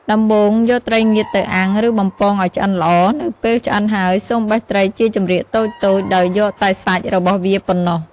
ដំបូង យកត្រីងៀតទៅអាំង ឬបំពងឲ្យឆ្អិនល្អ នៅពេលឆ្អិនហើយ សូមបេះត្រីជាចម្រៀកតូចៗ ដោយយកតែសាច់របស់វាប៉ុណ្ណោះ។